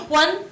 one